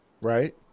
Right